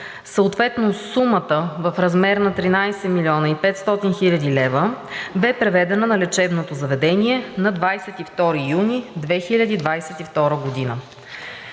Съответно сумата в размер на 13 млн. и 500 хил. лв. беше преведена на лечебното заведение на 22 юни 2022 г.